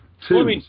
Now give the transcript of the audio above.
two